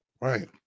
right